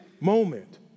moment